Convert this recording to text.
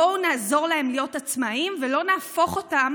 בואו נעזור להם להיות עצמאיים ולא נהפוך אותם